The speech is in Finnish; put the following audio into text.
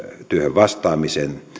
vastaamiseen